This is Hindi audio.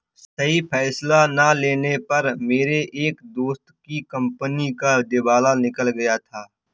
सही फैसला ना लेने पर मेरे एक दोस्त की कंपनी का दिवाला निकल गया था